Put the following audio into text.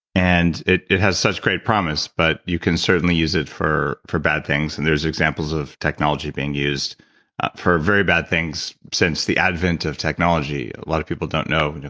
and it it has such great promise, but you can certainly use it for for bad things and there's examples of technology being used for very bad things since the advent of technology. a lot of people don't know,